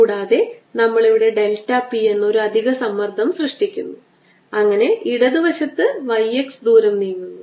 കൂടാതെ നമ്മൾ ഇവിടെ ഡെൽറ്റ p എന്ന ഒരു അധിക സമ്മർദ്ദം സൃഷ്ടിക്കുന്നു അങ്ങനെ ഇടത് വശത്ത് അത് y x ദൂരം നീങ്ങുന്നു